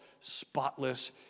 spotless